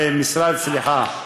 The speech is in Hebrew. סליחה,